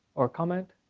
or comment?